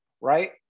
right